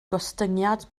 gostyngiad